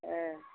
ओं